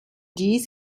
dies